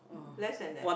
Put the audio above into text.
less than that